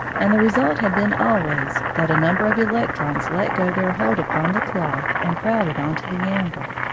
and the result had been always that a number of electrons let go their hold upon the cloth and crowded on to the amber.